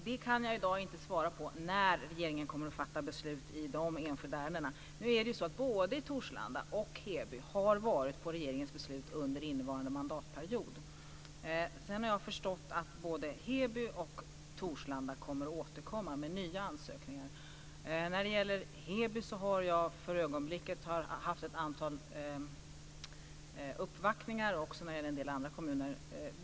Herr talman! Jag kan i dag inte svara på när regeringen kommer att fatta beslut i de enskilda ärendena. Nu är det så att både Torslanda och Heby har varit på regeringens bord under innevarande mandatperiod. Sedan har jag förstått att både Heby och Torslanda kommer att återkomma med nya ansökningar. När det gäller Heby har jag haft ett antal uppvaktningar. Det gäller också en del andra kommuner.